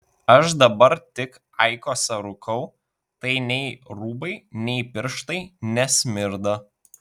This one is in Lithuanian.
aš dabar tik aikosą rūkau tai nei rūbai nei pirštai nesmirda